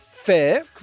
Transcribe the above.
fair